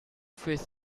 faced